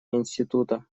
института